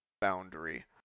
boundary